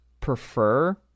prefer